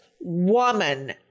woman